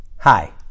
Hi